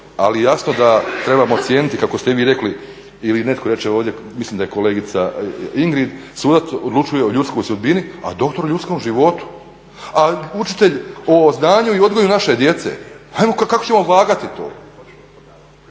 ali jasno da trebamo cijeniti kako ste vi rekli ili netko reče ovdje, mislim da je kolegica Ingrid, sudac odlučuje o ljudskoj sudbini, a doktor o ljudskom životu, a učitelj o znanju i odgoju naše djece. Kako ćemo odvagati to?